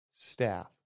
Staff